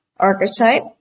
Archetype